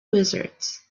wizards